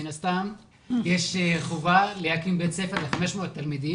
מן הסתם יש חובה להקים בית ספר ל-500 תלמידים.